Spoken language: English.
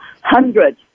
hundred